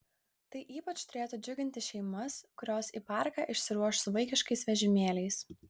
tai ypač turėtų džiuginti šeimas kurios į parką išsiruoš su vaikiškais vežimėliais